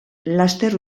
laster